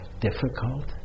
difficult